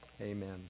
amen